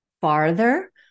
farther